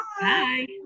Bye